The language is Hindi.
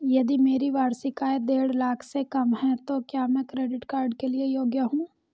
यदि मेरी वार्षिक आय देढ़ लाख से कम है तो क्या मैं क्रेडिट कार्ड के लिए योग्य हूँ?